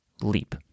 leap